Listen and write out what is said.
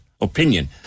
Opinion